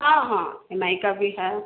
आ हाँ M I का भी है